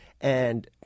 And-